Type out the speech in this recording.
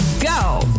Go